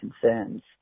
concerns